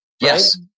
Yes